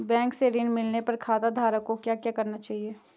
Bank से ऋण मिलने पर खाताधारक को क्या करना चाहिए?